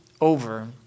over